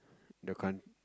the come